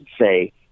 say